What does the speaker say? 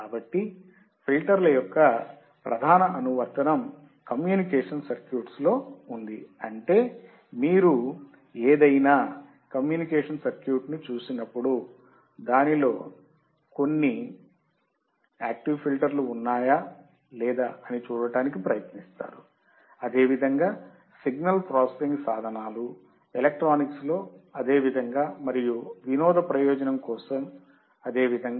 కాబట్టి ఫిల్టర్ల యొక్క ప్రధాన అనువర్తనం కమ్యూనికేషన్ సర్క్యూట్లలో ఉంది అంటే మీరు ఏదైనా కమ్యూనికేషన్ సర్క్యూట్ను చూసినప్పుడు దానిలో కొన్ని యాక్టివ్ ఫిల్టర్లు ఉన్నాయా లేదా అని చూడటానికి ప్రయత్నిస్తారు అదే విధంగా సిగ్నల్ ప్రాసెసింగ్ సాధనాలు ఎలక్ట్రానిక్స్లో అదే విధంగా మరియు వినోద ప్రయోజనం కోసం అదే విధంగా